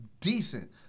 decent